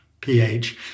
pH